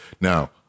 Now